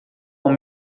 com